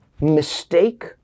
mistake